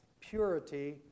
purity